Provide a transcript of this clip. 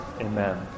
amen